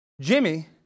Jimmy